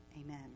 Amen